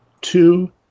two